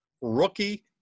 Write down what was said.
rookie